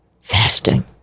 Fasting